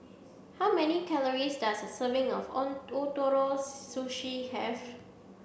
how many calories does a serving of Ootoro Sushi have